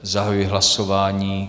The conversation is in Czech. Zahajuji hlasování.